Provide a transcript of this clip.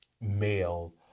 male